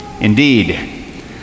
Indeed